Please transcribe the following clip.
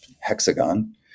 hexagon